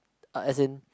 uh as in